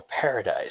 paradise